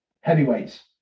Heavyweights